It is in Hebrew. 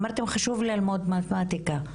אמרתן חשוב ללמוד מתמטיקה,